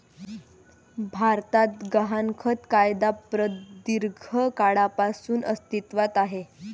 भारतात गहाणखत कायदा प्रदीर्घ काळापासून अस्तित्वात आहे